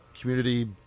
community